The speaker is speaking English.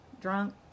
drunk